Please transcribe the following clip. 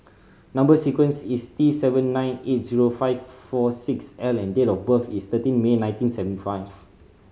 number sequence is T seven nine eight zero five four six L and date of birth is thirteen May nineteen seventy five